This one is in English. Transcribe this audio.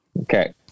Okay